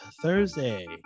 Thursday